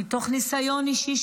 מתוך ניסיון אישי,